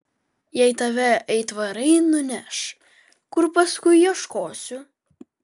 jei tave aitvarai nuneš kur paskui ieškosiu